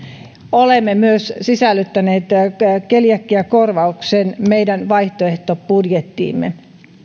olemme sisällyttäneet keliakiakorvauksen myös vaihtoehtobudjettiimme